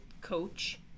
coach